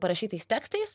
parašytais tekstais